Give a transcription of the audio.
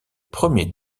premier